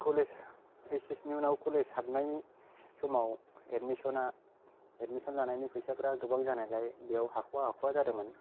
college HS नि उनाव college हाबनायनि समाव एडमिशन आ एडमिशन लानायनि फैसाफ्रा गोबां जानायलाय बेयाव हा'खवा हाख'वा जादोंमोन